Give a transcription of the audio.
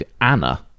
Anna